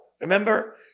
remember